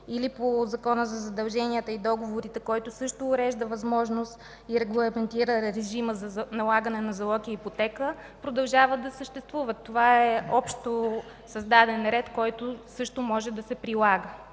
или по Закона за задълженията и договорите, който също урежда възможност и регламентира режима за налагане на залог и ипотека, продължават да съществуват. Това е общо зададен ред, който също може да се прилага,